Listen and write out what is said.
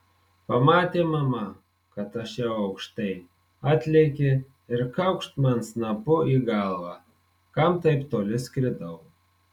pamatė mama kad aš jau aukštai atlėkė ir kaukšt man snapu į galvą kam taip toli skridau